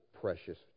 precious